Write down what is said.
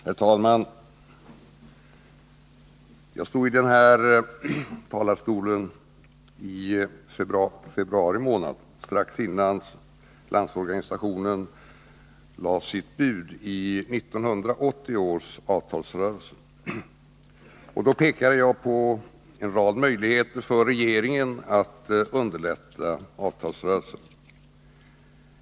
Herr talman! Jag stod i den här talarstolen i februari månad, strax innan Landsorganisationen lade sitt bud i 1980 års avtalsrörelse. Då pekade jag på en rad möjligheter för regeringen att underlätta avtalsrörelsen.